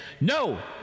No